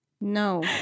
no